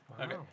Okay